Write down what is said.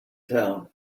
town